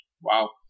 Wow